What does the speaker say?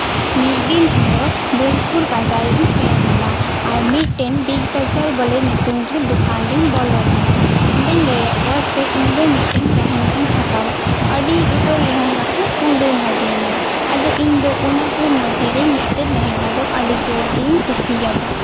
ᱢᱤᱫ ᱫᱤᱱ ᱦᱤᱞᱳᱜ ᱵᱳᱞᱯᱩᱨ ᱵᱟᱡᱟᱨᱤᱧ ᱥᱮᱱ ᱞᱮᱱᱟ ᱟᱨ ᱢᱤᱫᱴᱮᱱ ᱵᱤᱜᱽ ᱵᱟᱡᱟᱨ ᱵᱟᱞᱮ ᱧᱩᱛᱩᱢ ᱨᱮ ᱫᱚᱠᱟᱱ ᱨᱮᱧ ᱵᱚᱞᱚ ᱞᱮᱱᱟ ᱚᱸᱰᱮᱧ ᱞᱟᱹᱭ ᱟᱫ ᱠᱚᱣᱟ ᱥᱮ ᱤᱧ ᱫᱚ ᱢᱤᱫᱴᱟᱝ ᱞᱮᱦᱮᱝᱜᱟᱧ ᱦᱟᱛᱟᱣᱟ ᱟᱹᱰᱤ ᱩᱛᱟᱹᱨ ᱞᱮᱦᱮᱸᱝᱜᱟ ᱠᱚ ᱩᱸᱰᱩᱝ ᱟᱹᱫᱤᱧᱟ ᱟᱫᱚ ᱤᱧ ᱫᱚ ᱚᱱᱟᱠᱚ ᱢᱚᱫᱽᱫᱷᱮᱨᱮ ᱢᱤᱫᱴᱮᱱ ᱞᱮᱦᱮᱸᱝᱜᱟ ᱫᱚ ᱟᱹᱰᱤ ᱡᱳᱨ ᱜᱮᱧ ᱠᱩᱥᱤᱭᱟᱫᱟ